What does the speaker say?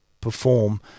perform